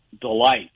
delight